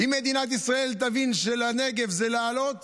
אם מדינת ישראל תבין שהנגב זה לעלות